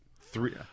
three